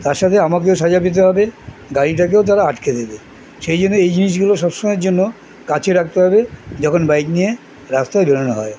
তার সাথে আমাকেও সাজা পেতে হবে গাড়িটাকেও তারা আটকে দেবে সেই জন্য এই জিনিসগুলো সব সময়ের জন্য কাছে রাখতে হবে যখন বাইক নিয়ে রাস্তায় বেরোনো হয়